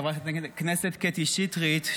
חברת הכנסת קטי שטרית,